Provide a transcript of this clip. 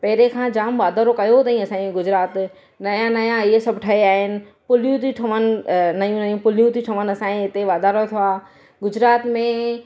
पहिरें खां जाम वधारो कयो अथईं असांजे गुजरात नया नया हीअ सभु ठहिया आहिनि पुलियूं थी ठहनि नयूं नयूं पुलियूं थी ठहनि असांजे हिते वधारो थियो आहे गुजरात में